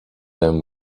them